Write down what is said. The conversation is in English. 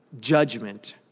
judgment